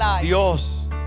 Dios